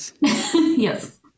Yes